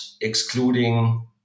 excluding